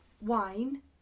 wine